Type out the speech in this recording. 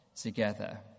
together